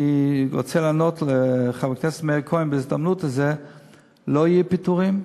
אני רוצה לענות לחבר הכנסת מאיר כהן בהזדמנות הזאת: לא יהיו פיטורים,